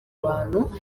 bantu